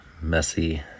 messy